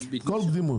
וגם נשים.